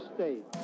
State